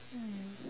mm